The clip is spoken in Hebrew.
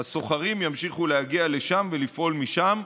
הסוחרים ימשיכו להגיע לשם ולפעול משם.